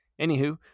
Anywho